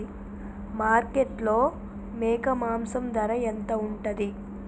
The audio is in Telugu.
మార్కెట్లో మేక మాంసం ధర ఎంత ఉంటది?